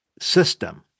system